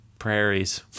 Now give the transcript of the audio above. prairies